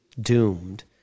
doomed